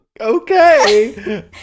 Okay